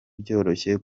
byoroshye